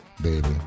baby